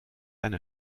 eine